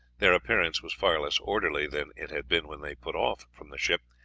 their appearance was far less orderly than it had been when they put off from the ship,